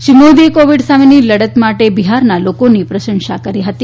શ્રી મોદીએ કોવિડ સામેની લડત માટે બિહારના લોકોની પ્રશંસા કરી હતી